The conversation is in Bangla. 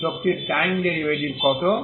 এই শক্তির টাইম ডেরিভেটিভ কত